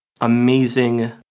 amazing